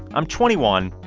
i'm twenty one,